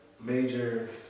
major